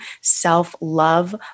self-love